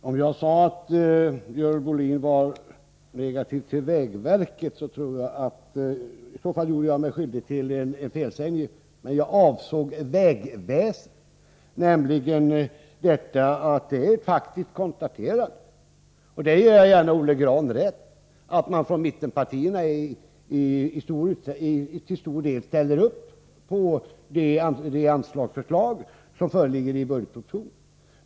Herr talman! Om jag sade att Görel Bohlin var negativ till vägverket, gjorde jag mig i så fall skyldig till en felsägning, för jag avsåg vägväsendet. Det är faktiskt konstaterat — där ger jag gärna Olle Grahn rätt — att man från mittenpartiernas sida till stor del ställer sig bakom de anslagsförslag som föreligger i budgetpropositionen.